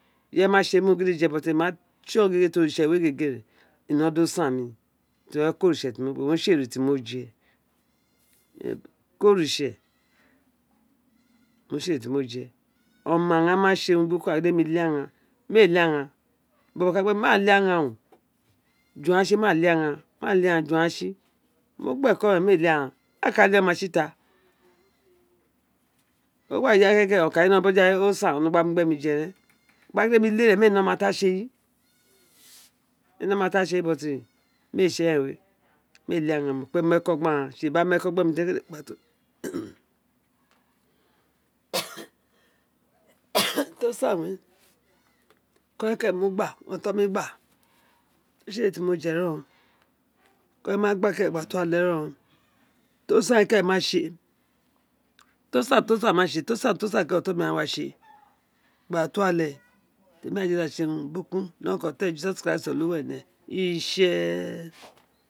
Ireyé ma tsi emi urun gi drje mó ma tson tr oritse we gege ren ino do san mii to rí eko orise owun re tsi ere tí mo gba ti mo jé oma ghạán ma tse urun burakuna gin de mi léè aghan mi a lee aghan bobo ka gin ma lee aghan oó jua aghan tsi ma lee aghan ma lee ạghạn ju aghan tsi ma lee aghan mo gbi eko ren mi ee lee aghan aka lee oma tsi ita ó gba ya keke okan bojo o san ren ońo gba mu gbe mi je boja we mo ma gin di eemi lee ren mi éè nr óma ti o ka tse eyi mr ee tse eren we mi ee lee aghan mo kpe mr eko gbi aghen gbr a mr eko gbe mr ren eko eren mo gba owun òtón mr gba owun re tsi ere ti mó gbá reen o dr emi wa gba keke ra to ale rene tosan keren owun mo wa ka tse tosan tosan owun oton mi gháán wa ka tse gba toale oritse ma jedi aghaa do tse urun burukun nr orakon oto re ijesus christ ọluwa ene itse.